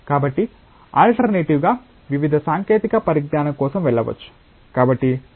కాబట్టి ఆల్టర్నేటివ్ గా వివిధ సాంకేతిక పరిజ్ఞానం కోసం వెళ్ళవచ్చు